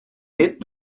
lit